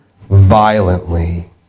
violently